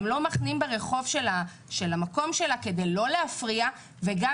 הם לא מחנים ברחוב שלה כדי לא להפריע וגם